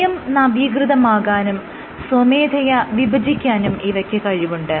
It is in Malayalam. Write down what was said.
സ്വയം നവീകൃതമാകാനും സ്വമേധയ വിഭജിക്കാനും ഇവയ്ക്ക് കഴിവുണ്ട്